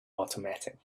automatic